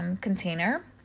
container